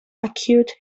acute